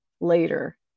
later